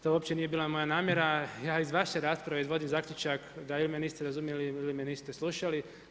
To uopće nije bila moja namjera, a ja iz vaše rasprave izvodim zaključak da ili me niste razumjeli ili me niste slušali.